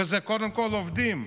וזה קודם כול עובדים.